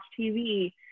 TV